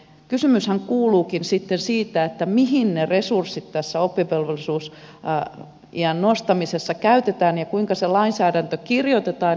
kysymyshän kuuluukin sitten että mihin ne resurssit tässä oppivelvollisuusiän nostamisessa käytetään ja kuinka se lainsäädäntö kirjoitetaan